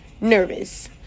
nervous